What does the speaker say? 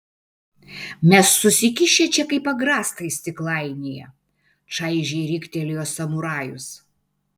mes susikišę čia kaip agrastai stiklainyje čaižiai riktelėjo samurajus